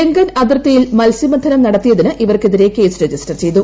ലൂങ്ക്ൻ അതിർത്തിയിൽ മത്സ്യബന്ധനം നടത്തിയതിന് ഇപ്പർക്കെതിരെ കേസ് രജിസ്റ്റർ ചെയ്തു